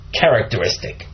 characteristic